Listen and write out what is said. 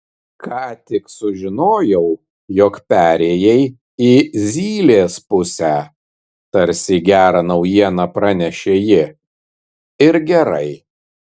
ką tik sužinojau jog perėjai į zylės pusę tarsi gerą naujieną pranešė ji ir gerai